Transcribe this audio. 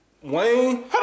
Wayne